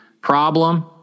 problem